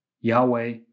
Yahweh